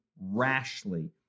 rashly